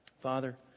Father